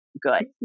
good